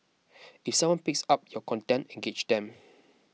if someone picks up your content engage them